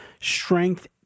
strength